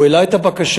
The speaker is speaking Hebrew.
הוא העלה את הבקשה.